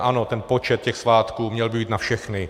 Ano, ten počet těch svátků měl by být na všechny.